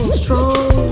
strong